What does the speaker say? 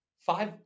Five